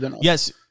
Yes